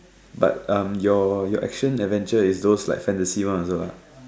but um your your action adventure is those like fantasy one also